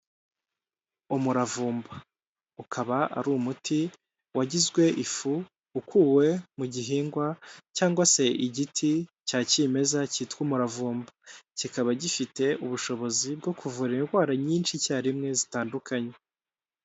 Umuravumba ukaba ari umuti wagizwe ifu ukuwe mu gihingwa cyangwa se igiti cya kimeza cyitwa umuravumba. Kikaba gifite ubushobozi bwo kuvura indwara nyinshi icyarimwe zitandukanye.